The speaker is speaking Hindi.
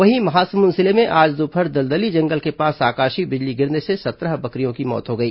वहीं महासमुंद जिले में आज दोपहर दलदली जंगल के पास आकाशीय बिजली गिरने से सत्रह बकरियों की मौत हो गई